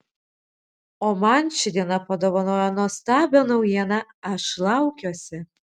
o man ši diena padovanojo nuostabią naujieną aš laukiuosi